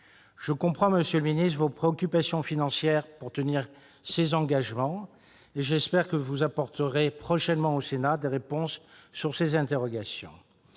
Je comprends, monsieur le secrétaire d'État, vos préoccupations financières pour tenir ces engagements et j'espère que vous apporterez prochainement au Sénat des réponses à ces interrogations.